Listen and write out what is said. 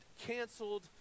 canceled